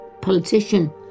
politician